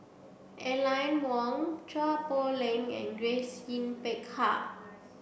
Aline Wong Chua Poh Leng and Grace Yin Peck Ha